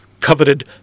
coveted